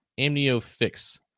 AmnioFix